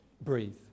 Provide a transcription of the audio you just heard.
breathe